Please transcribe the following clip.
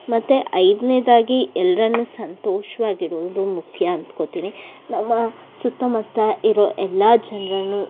ಮತ್ತು ಐದನೇದಾಗಿ ಎಲ್ರನ್ನೂ ಸಂತೋಷವಾಗಿಡುವುದು ಮುಖ್ಯ ಅಂದ್ಕೋತೀನಿ ನಮ್ಮ ಸುತ್ತಮುತ್ತ ಇರುವ ಎಲ್ಲ ಜನ್ರನ್ನೂ